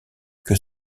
que